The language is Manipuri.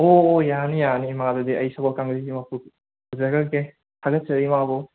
ꯑꯣ ꯑꯣ ꯌꯥꯔꯅꯤ ꯌꯥꯔꯅꯤ ꯏꯃꯥ ꯑꯗꯨꯗꯤ ꯑꯩ ꯁꯒꯣꯜ ꯀꯥꯡꯖꯩꯁꯤꯃ ꯄꯨ ꯄꯨꯖꯈ꯭ꯔꯒꯦ ꯊꯥꯒꯠꯆꯔꯤ ꯏꯃꯥꯕꯨ